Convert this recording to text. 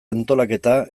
antolaketa